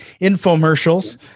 infomercials